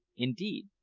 indeed,